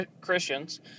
Christians